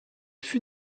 fut